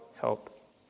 help